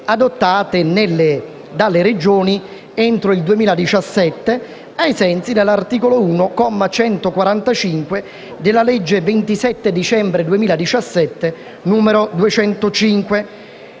adottate dalle Regioni entro il 2017, ai sensi dell'articolo 1, comma 145, della legge 27 dicembre 2017, n. 205.